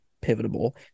pivotal